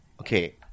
Okay